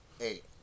Eight